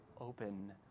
open